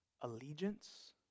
allegiance